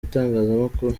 itangazamakuru